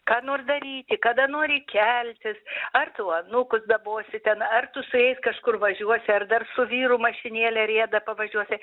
ką nori daryti kada nori keltis ar tu anūkus dabosi ten ar tu su jais kažkur važiuosi ar dar su vyru mašinėlė rieda pavažiuosi